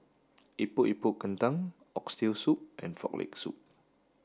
Epok Epok Kentang Oxtail Soup and Frog Leg Soup